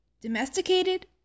domesticated